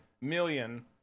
million